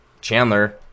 Chandler